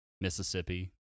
mississippi